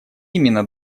именно